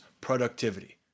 productivity